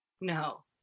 No